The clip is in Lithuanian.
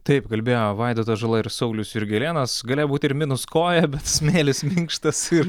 taip kalbėjo vaidotas žala ir saulius jurgelėnas gali būti ir minus koja bet smėlis minkštas ir